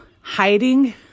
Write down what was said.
hiding